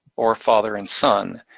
or father and son.